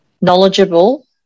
knowledgeable